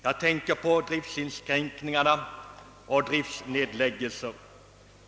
Jag tänker på driftsinskränkningar och driftsnedläg gelser.